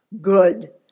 good